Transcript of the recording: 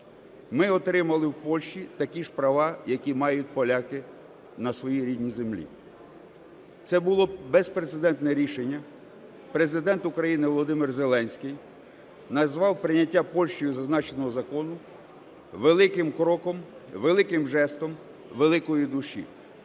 Ми отримали в Польщі такі ж права, які мають поляки на своїй рідній землі. Це було безпрецедентне рішення. Президент України Володимир Зеленський назвав прийняття Польщею зазначеного закону великим кроком, великим жестом великої душі,